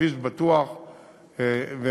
כביש בטוח ומהיר.